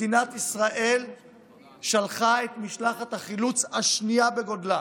מדינת ישראל שלחה את משלחת החילוץ השנייה בגודלה.